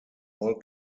all